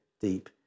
deep